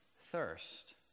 thirst